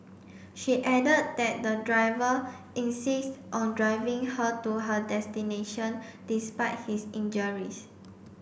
she added that the driver insist on driving her to her destination despite his injuries